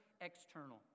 external